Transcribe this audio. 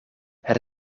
het